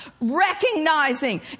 recognizing